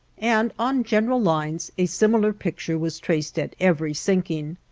and on general lines a similar picture was traced at every sinking.